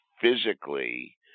physically